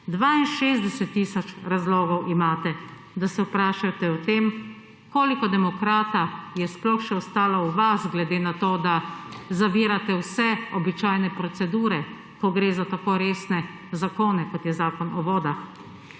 62 tisoč razlogov imate, da se vprašate o tem, koliko demokrata je sploh še ostalo v vas, glede na to, da zavirate vse običajne procedure, ko gre za tako resne zakone, kot je Zakon o vodah.